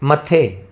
मथे